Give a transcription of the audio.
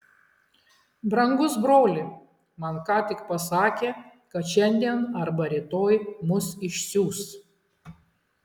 brangus broli man ką tik pasakė kad šiandien arba rytoj mus išsiųs